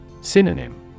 Synonym